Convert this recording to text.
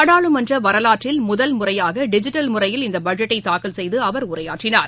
நாடாளுமன்ற வரலாற்றில் முதல் முறையாக டிஜிட்டல் முறையில் இந்த பட்ஜெட்டை தாக்கல் செய்து அவர் உரையாற்றினார்